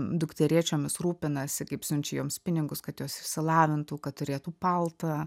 dukterėčiomis rūpinasi kaip siunčia joms pinigus kad jos išsilavintų kad turėtų paltą